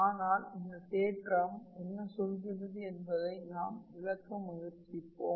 ஆனால் இந்த தேற்றம் என்ன சொல்கிறது என்பதை நான் விளக்க முயற்ச்சிப்பேன்